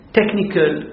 technical